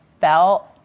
felt